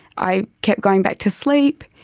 i kept going back to sleep.